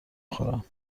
خورم